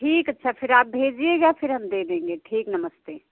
ठीक अच्छा फिर आप भेजिएगा फिर हम दे देंगे ठीक नमस्ते